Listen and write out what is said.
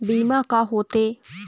बीमा का होते?